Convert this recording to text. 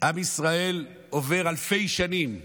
עם ישראל עובר אלפי שנים גלויות,